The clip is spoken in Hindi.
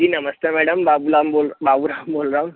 जी नमस्ते मैडम बाबूलाम बोल बाबूराम बोल रहा हूँ